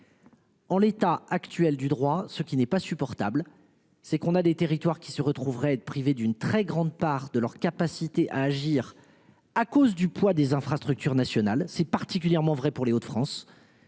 En l'état actuel du droit, ce qui n'est pas supportable. C'est qu'on a des territoires qui se retrouveraient privés d'une très grande part de leur capacité à agir à cause du poids des infrastructures nationales. C'est particulièrement vrai pour les de France